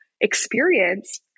experience